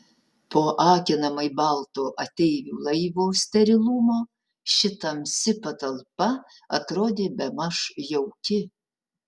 po akinamai balto ateivių laivo sterilumo ši tamsi patalpa atrodė bemaž jauki